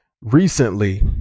recently